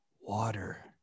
water